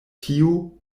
tiu